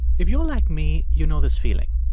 if you're like me, you know this feeling.